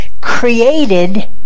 created